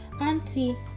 auntie